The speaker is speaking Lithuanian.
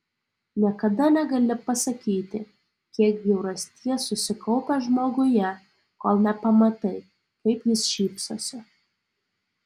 niekada negali pasakyti kiek bjaurasties susikaupę žmoguje kol nepamatai kaip jis šypsosi